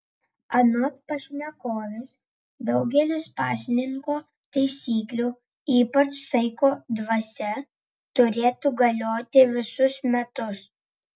anot pašnekovės daugelis pasninko taisyklių ypač saiko dvasia turėtų galioti visus metus